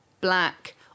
black